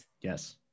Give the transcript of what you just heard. Yes